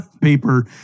paper